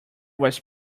was